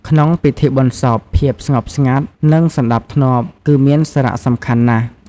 ក្នុងពិធីបុណ្យសព ភាពស្ងប់ស្ងាត់ និងសណ្តាប់ធ្នាប់គឺមានសារៈសំខាន់ណាស់។